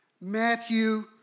Matthew